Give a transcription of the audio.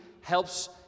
helps